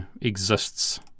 exists